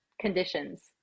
conditions